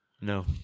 No